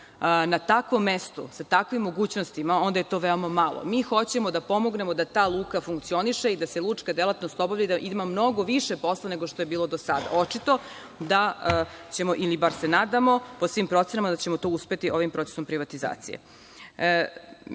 na takvom mestu, sa takvim mogućnostima, onda je to veoma malo. Mi hoćemo da pomognemo da ta luka funkcioniše i da se lučka delatnost obavlja i da ima mnogo više posla nego što je bilo do sada. Očito je da ćemo, ili bar se nadamo, po svim procenama da ćemo to uspeti ovim procesom privatizacije. Jedan